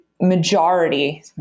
majority